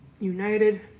United